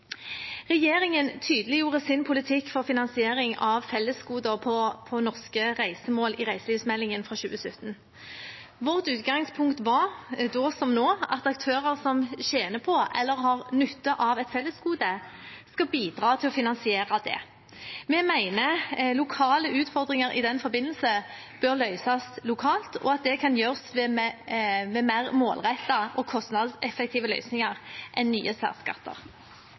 Regjeringen tydeliggjorde sin politikk for finansiering av fellesgoder på norske reisemål i reiselivsmeldingen for 2017. Vårt utgangspunkt var da som nå at aktører som tjener på eller har nytte av et fellesgode, skal bidra til å finansiere det. Vi mener at lokale utfordringer i den forbindelse bør løses lokalt, og at det kan gjøres ved mer målrettede og kostnadseffektive løsninger enn nye særskatter.